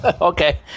Okay